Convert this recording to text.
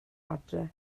adre